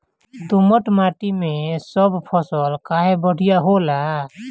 दोमट माटी मै सब फसल काहे बढ़िया होला?